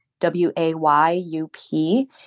W-A-Y-U-P